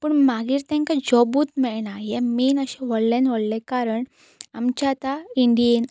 पूण मागीर तेंकां जॉबूच मेळना हें मेन अशें व्हडल्यान व्हडलें कारण आमच्या आतां इंडियेन